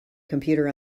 computer